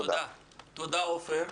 תודה עופר.